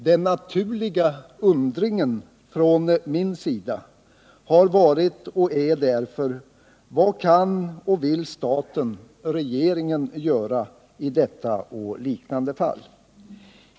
Den naturliga undringen från mitt håll har varit och är därför: Vad kan och vill staten — regeringen — göra i detta och liknande fall?